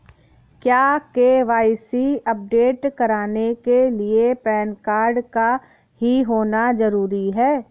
क्या KYC update कराने के लिए पैन कार्ड का ही होना जरूरी है?